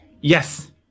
Yes